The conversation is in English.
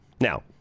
Now